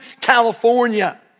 California